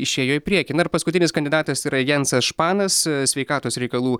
išėjo į priekį na ir paskutinis kandidatas yra jansas španas sveikatos reikalų